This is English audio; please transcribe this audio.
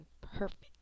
perfect